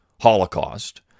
holocaust